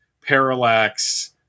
Parallax